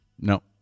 No